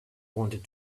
wanted